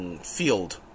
field